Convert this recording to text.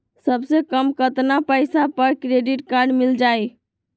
सबसे कम कतना पैसा पर क्रेडिट काड मिल जाई?